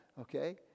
okay